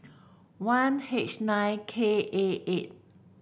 one H nine K A eight